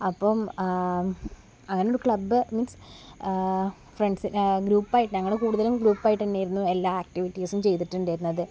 അപ്പം അങ്ങനെ ഒരു ക്ലബ് മീൻസ് ഫ്രണ്ട്സ് ഗ്രൂപ്പ് ആയിട്ട് ഞങ്ങൾ കൂടുതലും ഗ്രൂപ്പായിട്ട് എന്നായിരുന്നു എല്ലാ ആക്ടിവിറ്റീസും ചെയ്തിട്ടുണ്ടായിരുന്നത്